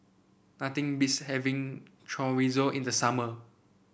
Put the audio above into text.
nothing beats having Chorizo in the summer